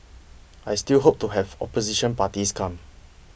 I still hope to have opposition parties come